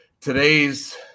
today's